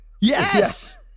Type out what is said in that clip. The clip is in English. Yes